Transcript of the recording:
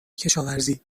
کشاورزی